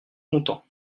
content